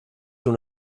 una